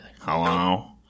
Hello